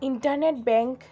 internet bank